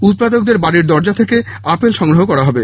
উৎপাদকদের বাড়ির দরজা থেকে আপেল সংগ্রহ করা হবে